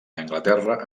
anglaterra